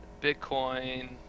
Bitcoin